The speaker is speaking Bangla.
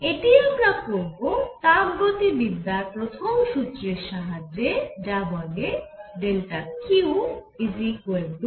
এটি আমরা করব তাপগতিবিদ্যার প্রথম সুত্রের সাহায্যে যা বলে QUpV